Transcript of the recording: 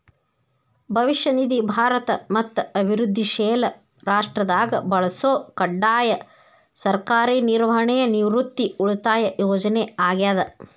ಭವಿಷ್ಯ ನಿಧಿ ಭಾರತ ಮತ್ತ ಅಭಿವೃದ್ಧಿಶೇಲ ರಾಷ್ಟ್ರದಾಗ ಬಳಸೊ ಕಡ್ಡಾಯ ಸರ್ಕಾರಿ ನಿರ್ವಹಣೆಯ ನಿವೃತ್ತಿ ಉಳಿತಾಯ ಯೋಜನೆ ಆಗ್ಯಾದ